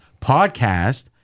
podcast